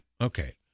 Okay